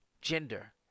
gender